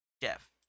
Jeff